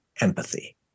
empathy